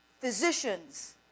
physicians